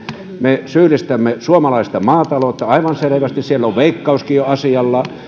me syyllistämme suomalaista maataloutta aivan selvästi siellä on veikkauskin jo asialla